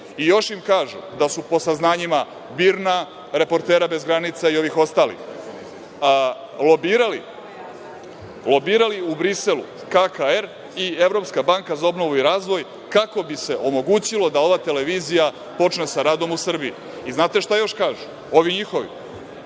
im kažu da su po saznanjima BIRN-a, Reportera bez granica i ovih ostalih lobirali u Briselu KKR i Evropska banka za obnovu i razvoj, kako bi se omogućilo da ova televizija počne sa radom u Srbiji. Znate šta još kažu ovi njihovi,